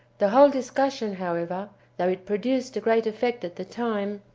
the whole discussion, however, though it produced a great effect at the time,